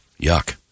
Yuck